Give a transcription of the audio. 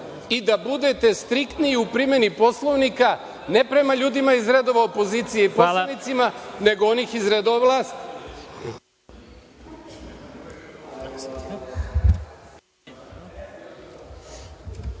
i da budete striktniji u primeni Poslovnika, ne prema ljudima iz redova opozicije i poslanicima, nego onih iz redova vlasti.